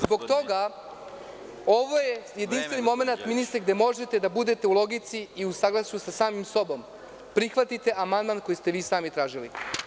Zbog toga, ovo je jedinstveni momenat ministre gde možete da budete u logici i u saglasju sa samim sobom, prihvatite amandman koji ste vi sami tražili.